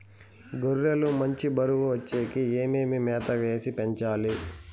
గొర్రె లు మంచి బరువు వచ్చేకి ఏమేమి మేత వేసి పెంచాలి?